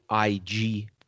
IG